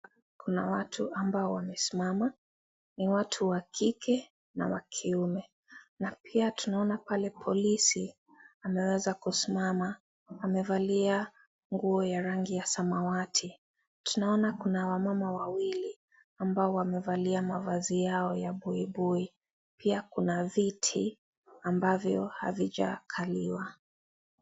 Kuna watu ambao wamesimama, ni watu wa kike na wa kiume na pia tunaona pale polisi ameweza kusimama amevalia nguo ya rangi ya samawati, tunaona kuna wamama wawili ambao wamevalia mavazi yao ya buibui pia kuna viti ambavyo havijakaliwa.